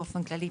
באופן כללי,